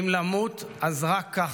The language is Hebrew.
אם למות אז רק ככה.